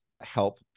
help